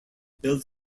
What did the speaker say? built